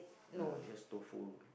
no it's just tofu